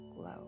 glow